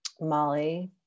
Molly